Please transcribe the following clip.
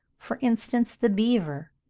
for instance the beaver.